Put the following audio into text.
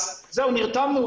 אז כולנו